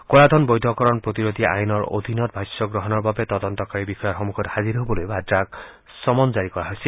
কলা ধন বৈধকৰণ প্ৰতিৰোধ আইনৰ অধীনত ভাষ্য গ্ৰহণৰ বাবে তদন্তকাৰী বিষয়াৰ সন্মুখত হাজিৰ হ'বলৈ ভাদ্ৰাক চমন জাৰি কৰা হৈছিল